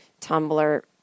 Tumblr